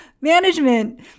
management